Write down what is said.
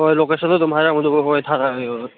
ꯍꯣꯏ ꯂꯣꯀꯦꯁꯟꯗꯣ ꯑꯗꯨꯝ ꯍꯥꯏꯔꯝꯃꯣ ꯍꯧꯖꯤꯛ ꯑꯩꯈꯣꯏ ꯊꯥꯔꯛꯑꯒꯦ